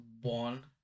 one